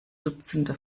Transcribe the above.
dutzende